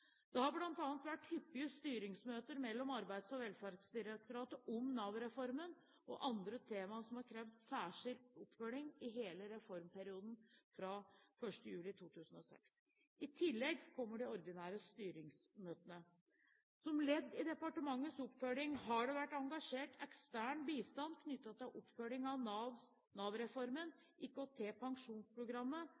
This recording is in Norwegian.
Det har bl.a. vært hyppige styringsmøter mellom Arbeids- og velferdsdirektoratet om Nav-reformen og andre temaer som har krevd særskilt oppfølging, i hele reformperioden fra 1. juli 2006. I tillegg kommer de ordinære styringsmøtene. Som ledd i departementets oppfølging har det vært engasjert ekstern bistand knyttet til oppfølging av